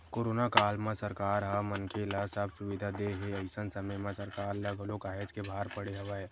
corona काल म सरकार ह मनखे ल सब सुबिधा देय हे अइसन समे म सरकार ल घलो काहेच के भार पड़े हवय